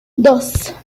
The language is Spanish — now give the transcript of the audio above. dos